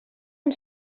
amb